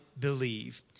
believe